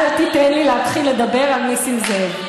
אל תיתן לי להתחיל לדבר על נסים זאב.